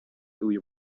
uyu